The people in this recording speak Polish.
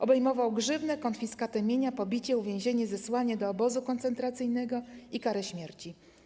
Obejmował grzywnę, konfiskatę mienia, pobicie, uwięzienie, zesłanie do obozu koncentracyjnego i karę śmierci.